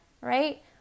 right